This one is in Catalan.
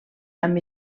amb